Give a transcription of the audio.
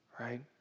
right